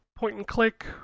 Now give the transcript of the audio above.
point-and-click